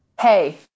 Hey